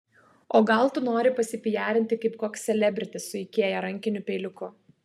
o gal tu nori pasipijarinti kaip koks selebritis su ikea rankiniu peiliuku